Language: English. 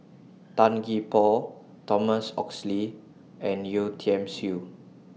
Tan Gee Paw Thomas Oxley and Yeo Tiam Siew